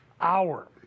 hour